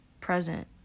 present